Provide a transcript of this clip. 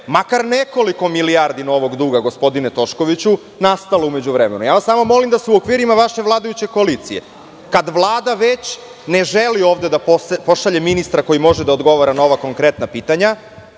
makar nekoliko milijardi novog duga, gospodine Toškoviću, nastalo u međuvremenu. Samo vas molim da se u okvirima vaše vladajuće koalicije, kad Vlada već ne želi da ovde pošalje ministra koji može da odgovara na ova konkretna pitanja,